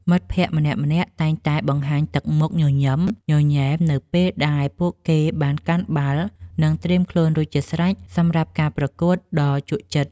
មិត្តភក្តិម្នាក់ៗតែងតែបង្ហាញទឹកមុខញញឹមញញែមនៅពេលដែលពួកគេបានកាន់បាល់ និង ត្រៀមខ្លួនរួចជាស្រេចសម្រាប់ការប្រកួតដ៏ជក់ចិត្ត។